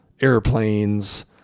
airplanes